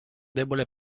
debole